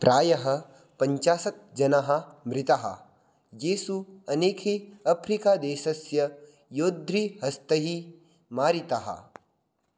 प्रायः पञ्चाशत् जनाः मृताः येषु अनेके अफ़्रिकादेशस्य योद्द्रि हस्तैः मारिताः